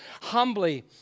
humbly